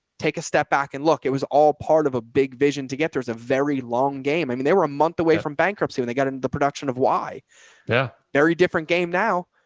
take a step back and look, it was all part of a big vision to get. there is a very long game. i mean, they were a month away from bankruptcy when they got into the production of y yeah very different game. now,